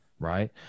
right